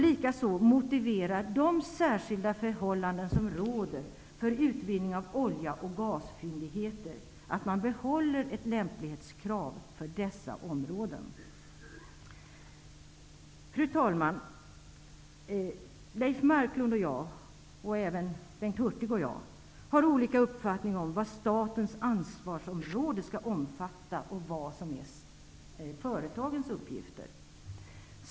Likaså motiverar de särskilda förhållanden som råder för utvinning av olja och gasfyndigheter att man behåller lämplighetskravet för dessa områden. Fru talman! Leif Marklund, Bengt Hurtig och jag har olika uppfattningar om vad statens ansvarsområde skall omfatta och vad som är företagens uppgifter.